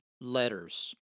letters